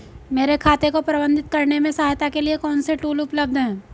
मेरे खाते को प्रबंधित करने में सहायता के लिए कौन से टूल उपलब्ध हैं?